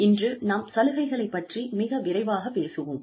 இன்று நாம் சலுகைகளைப் பற்றி மிக விரிவாகப் பேசுவோம்